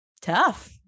tough